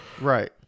Right